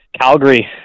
Calgary